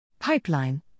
Pipeline